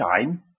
time